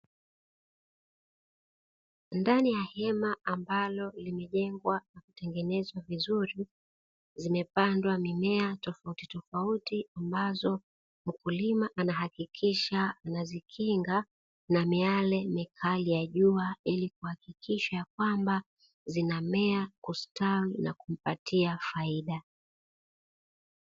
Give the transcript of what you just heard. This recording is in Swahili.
Ndani ya hema ambalo limejengwa na kutengenezwa vizuri zimepandwa mimea tofautitofauti, ambazo mkulima anahakikisha anazikinga na miale mikali ya jua ili kuhakikisha kwamba zinamea kustawi na kumpatia faida.